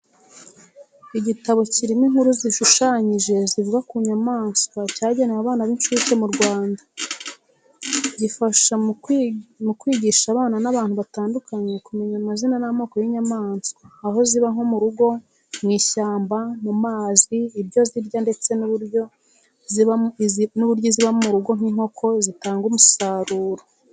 Igitabo kirimo inkuru zishushanyije zivuga ku nyamaswa cyagenewe abana b'incuke mu Rwanda. Ifasha mu kwigisha abana n’abantu batandukanye kumenya amazina n'amoko y'inyamaswa, aho ziba nko mu rugo, mu ishyamba, mu mazi, ibyo zirya ndetse n'uburyo iziba mu rugo nk'inkoko zitanga umusaruro.